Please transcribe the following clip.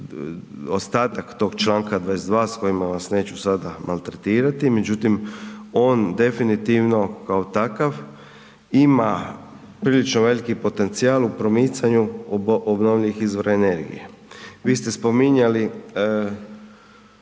ostatak tog Članka 22. s kojima vas neću sada maltretirati međutim on definitivno kao takav ima prilično veliki potencijal u promicanju obnovljivih izvora energije. Vi ste spominjali